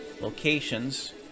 locations